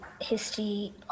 history